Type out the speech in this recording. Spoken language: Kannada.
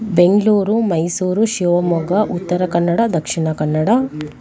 ಬೆಂಗಳೂರು ಮೈಸೂರು ಶಿವಮೊಗ್ಗ ಉತ್ತರ ಕನ್ನಡ ದಕ್ಷಿಣ ಕನ್ನಡ